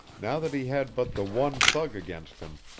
now that he had but the one thug against him,